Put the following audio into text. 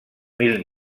mil